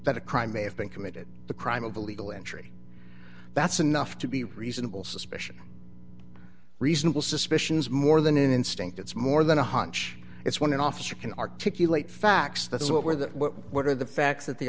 that a crime may have been committed the crime of illegal entry that's enough to be reasonable suspicion reasonable suspicion is more than instinct it's more than a hunch it's when an officer can articulate facts that is what were the what are the facts that the